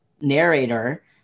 narrator